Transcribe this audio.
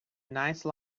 nice